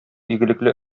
игелекле